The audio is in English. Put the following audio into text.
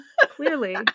Clearly